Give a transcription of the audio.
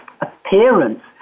appearance